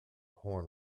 horn